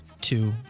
two